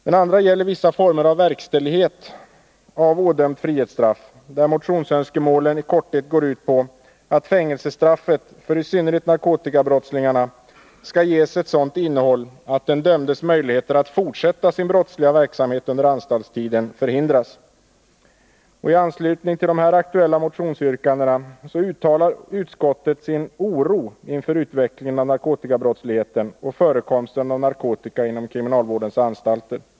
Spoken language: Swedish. Den andra punkten gäller vissa former av verkställighet av ådömt frihetsstraff, där motionsönskemålen i korthet går ut på att fängelsestraffet för i synnerhet narkotikabrottslingarna skall ges ett sådant innehåll att den dömdes möjligheter att fortsätta sin brottsliga verksamhet under anstaltstiden förhindras. I anslutning till de här aktuella motionsyrkandena uttalar utskottet sin oro inför utvecklingen av narkotikabrottsligheten och förekomsten av narkotika inom kriminalvårdens anstalter.